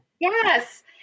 Yes